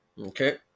okay